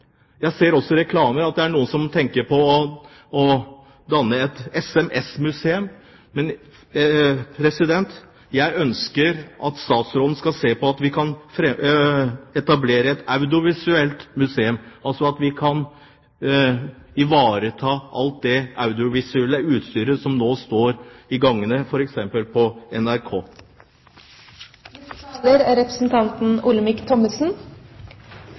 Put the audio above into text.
Jeg ser også at det er noen som tenker på å danne et sms-museum. Jeg ønsker at statsråden ser på om vi kan etablere et audiovisuelt museum, altså at vi kan ivareta alt det audiovisuelle utstyret som nå står i gangene, f.eks. hos NRK. Man vil se av sakens merknader at her er